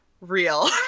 real